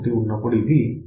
1 ఉన్నప్పుడు ఇది 1